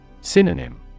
Synonym